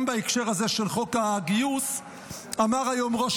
גם בהקשר של חוק הגיוס אמר היום ראש